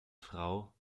frau